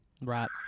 Right